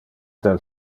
del